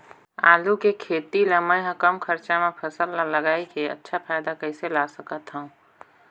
आलू के खेती ला मै ह कम खरचा मा फसल ला लगई के अच्छा फायदा कइसे ला सकथव?